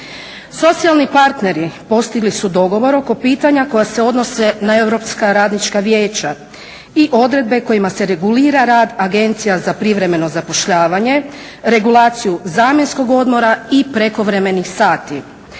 Socijalni partneri postigli su dogovor oko pitanja koja se odnose na europska radnička vijeća i odredbe kojima se regulira rad agencija za privremeno zapošljavanje, regulaciju zamjenskog odmora i prekovremenih sati.